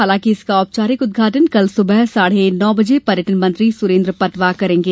हालांकि इसका औपचारिक उदघाटन कल सुबह साढ़े नौ बजे पर्यटन मंत्री सुरेन्द्र पटवा करेंगे